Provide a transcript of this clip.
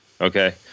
Okay